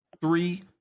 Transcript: three